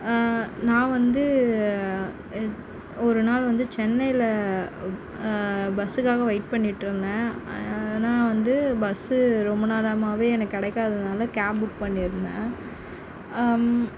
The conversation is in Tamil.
நான் வந்து ஒரு நாள் வந்து சென்னையில் பஸ்ஸுக்காக வெயிட் பண்ணிக்கிட்டிருந்தேன் ஆனால் வந்து பஸ்ஸு ரொம்ப நேரமாகவே எனக்கு கிடைக்காததுனால கேப் புக் பண்ணி இருந்தேன்